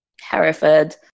hereford